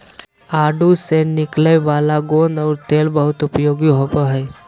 आडू से निकलय वाला गोंद और तेल बहुत उपयोगी होबो हइ